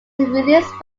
released